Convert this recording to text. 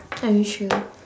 are you sure